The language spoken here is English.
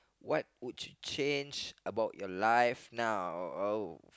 what would change about you life now oh